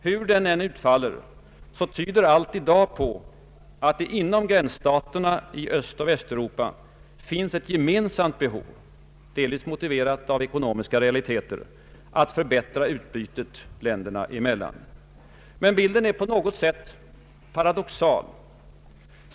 Hur det än utfaller tyder dock allt i dag på att det inom gränsstaterna i Östoch Västeuropa finns ett gemensamt behov — delvis motiverat av ekonomiska realiteter — att förbättra utbytet länderna emellan. Men bilden är på något sätt paradoxal.